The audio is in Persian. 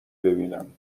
ببینم